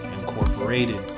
Incorporated